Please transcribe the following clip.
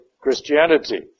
Christianity